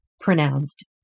pronounced